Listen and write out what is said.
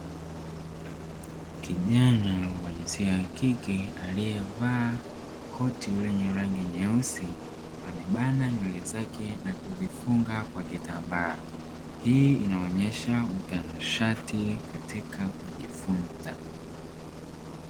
Kijana wa jinsia ya kike aliyevaa koti lenye rangi nyeusi na kubana nywele zake na kuzifunga kwa kitambaa hii inaonyesha utanashati katika kujifunza.